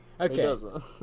Okay